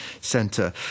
Centre